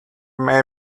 may